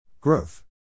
Growth